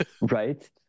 right